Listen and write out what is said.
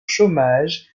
chômage